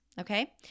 Okay